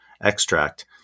extract